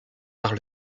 par